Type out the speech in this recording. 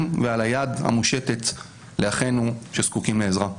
ועל היד המושטת לאחינו שזקוקים לעזרה.